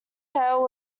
tale